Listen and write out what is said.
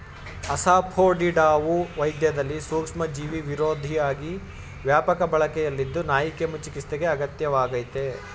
ಅಸಾಫೋಟಿಡಾವು ವೈದ್ಯದಲ್ಲಿ ಸೂಕ್ಷ್ಮಜೀವಿವಿರೋಧಿಯಾಗಿ ವ್ಯಾಪಕ ಬಳಕೆಯಲ್ಲಿದ್ದು ನಾಯಿಕೆಮ್ಮು ಚಿಕಿತ್ಸೆಗೆ ಅಗತ್ಯ ವಾಗಯ್ತೆ